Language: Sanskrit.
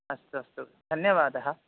अस्तु अस्तु धन्यवादः